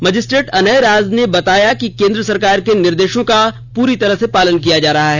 magistrate Anay Raj ने बताया कि केंद्र सरकार के निर्देशों का पूरा पालन किया जा रहा है